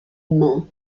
main